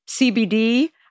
CBD